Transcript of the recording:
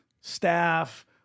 staff